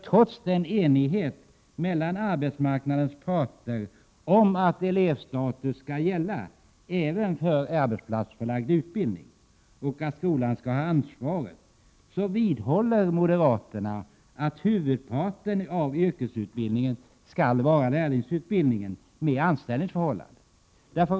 Trots enigheten mellan arbetsmarknadens parter om att elevstatus skall gälla även för arbetsplatsförlagd utbildning och att skolan skall ha ansvaret, så vidhåller moderaterna att huvudparten av yrkesutbildningen skall vara lärlingsutbildning med anställningsförhållande.